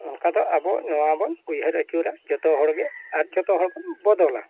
ᱚᱱᱠᱟ ᱫᱚ ᱟᱵᱚ ᱱᱚᱣᱟ ᱵᱚᱱ ᱩᱭᱦᱟᱹᱨ ᱟᱹᱪᱩᱨᱟ ᱡᱚᱛᱚ ᱦᱚᱲ ᱜᱮ ᱟᱨ ᱡᱚᱛᱚ ᱦᱚᱲ ᱵᱚᱱ ᱵᱚᱫᱚᱞᱟ